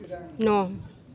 न'